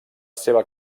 seva